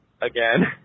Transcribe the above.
again